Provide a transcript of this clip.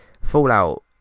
Fallout